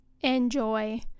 enjoy